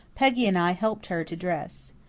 peggy and i helped her to dress.